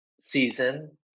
season